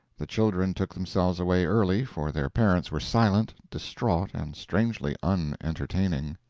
the children took themselves away early, for their parents were silent, distraught, and strangely unentertaining.